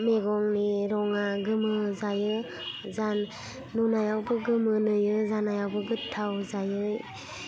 मैगंनि रङा गोमो जायो जान नुनायावबो गोमो नुयो जानायावबो गोथाव जायो